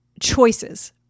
choices